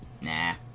Nah